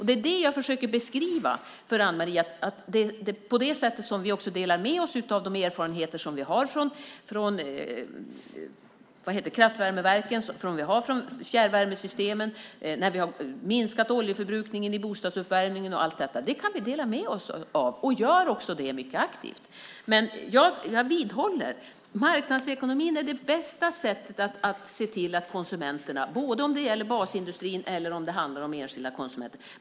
Det är det jag försöker beskriva för Anne-Marie, att det är på det sättet som vi också delar med oss av de erfarenheter som vi har från kraftvärmeverken och fjärrvärmesystemen, från att vi har minskat oljeförbrukningen i bostadsuppvärmningen och allt detta. Det kan vi dela med oss av, och vi gör också det mycket aktivt. Men jag vidhåller att marknadsekonomin är det bästa sättet att se till konsumenternas intressen, både när det gäller basindustrin och när det handlar om enskilda konsumenter.